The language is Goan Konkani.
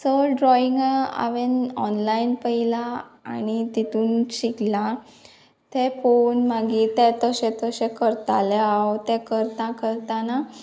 चड ड्रॉइंगा हांवेंन ऑनलायन पयलां आनी तितून शिकलां तें पोवून मागीर ते तशें तशें करतालें हांव तें करता करताना